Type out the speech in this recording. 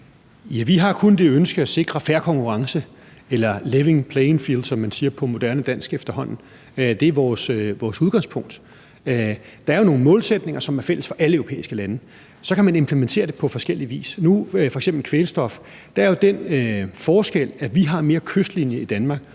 Vi har kun det ønske at sikre fair konkurrence – eller level playing field, som man siger på moderne dansk efterhånden. Det er vores udgangspunkt. Der er jo nogle målsætninger, som er fælles for alle europæiske lande. Så kan man implementere det på forskellig vis. F.eks. er der jo i forhold til kvælstof den forskel, at vi har mere kystlinje, og der